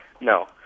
No